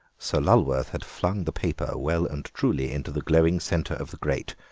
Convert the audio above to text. sir lulworth had flung the paper well and truly into the glowing centre of the grate.